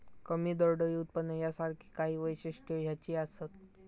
कमी दरडोई उत्पन्न यासारखी काही वैशिष्ट्यो ह्याची असत